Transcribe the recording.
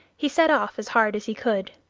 he set off as hard as he could.